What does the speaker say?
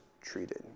treated